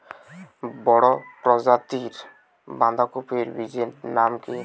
বড় প্রজাতীর বাঁধাকপির বীজের নাম কি?